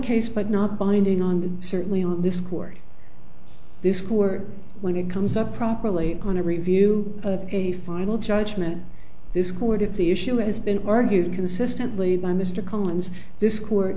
case but not binding on the certainly on this court this coup or when it comes up properly on a review of a final judgment this court if the issue has been argued consistently by mr collins this court